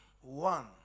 one